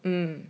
mm